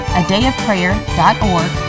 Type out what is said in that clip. adayofprayer.org